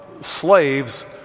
slaves